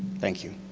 thank you.